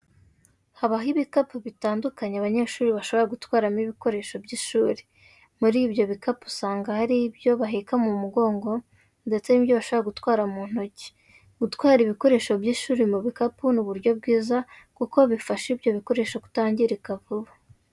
Habaho ibikapu bitandukanye abanyeshuri bashobora gutwaramo ibikoresho by'ishuri, muri ibyo bikapu usanga hari ibyo baheka mu mugongo ndetse n'ibyo bashobora gutwara mu ntoki. Gutwara ibikoresho by'ishuri mu bikapu ni uburyo bwiza kuko bifasha ibyo bikoresho kutangirika vuba.